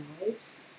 lives